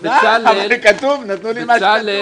--- קשיים משפטיים.